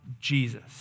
Jesus